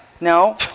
No